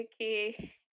Okay